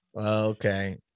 Okay